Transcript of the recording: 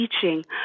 teaching